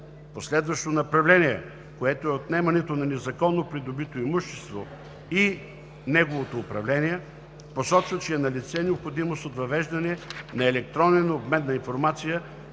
По следващото направление, което е отнемането на незаконно придобитото имущество и неговото управление, посочва, че е налице необходимост от въвеждане на електронен обмен на информация